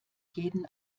jeden